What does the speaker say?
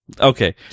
Okay